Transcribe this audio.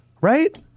Right